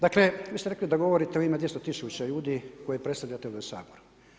Dakle, vi ste rekli da govorite u ime 200 tisuća ljudi koje predstavljate ovdje u Saboru.